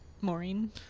Maureen